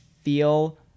feel